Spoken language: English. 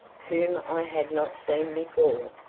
whom i had not seen before,